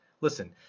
Listen